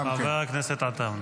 --- חבר הכנסת עטאונה.